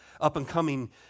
up-and-coming